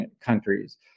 countries